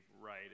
right